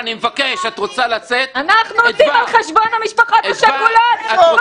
--- מיכל, מיכל.